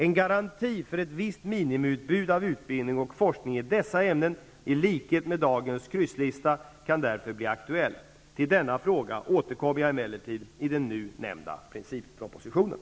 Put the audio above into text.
En garanti för ett visst minimiutbud av utbildning och forskning i dessa ämnen i likhet med dagens krysslista kan därvid bli aktuell. Till denna fråga återkommer jag emellertid i den nu nämnda princippropositionen.